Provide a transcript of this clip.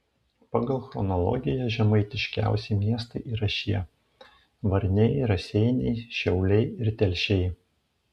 pagal chronologiją žemaitiškiausi miestai yra šie varniai raseiniai šiauliai ir telšiai